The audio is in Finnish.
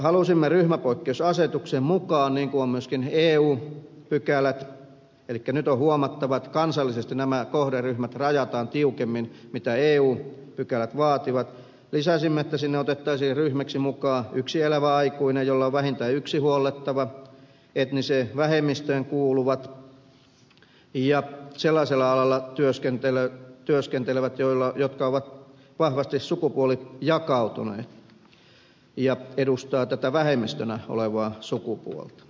halusimme ryhmäpoikkeusasetuksen ja myöskin eun pykälien mukaisesti eli nyt on huomattava että kansallisesti nämä kohderyhmät rajataan tiukemmin mitä eun pykälät vaativat että sinne otettaisiin ryhmäksi mukaan yksin elävät aikuiset jolla on vähintään yksi huollettava etniseen vähemmistöön kuuluvat ja henkilöt jotka työskentelevät sellaisilla aloilla jotka ovat vahvasti sukupuolijakautuneet ja edustavat tätä vähemmistönä olevaa sukupuolta